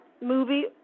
movie